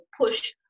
push